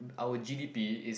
our G_D_P is